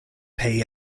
pay